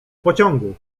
pociągu